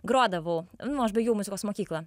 grodavau nu aš baigiau muzikos mokyklą